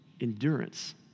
Endurance